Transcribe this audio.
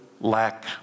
lack